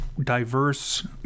diverse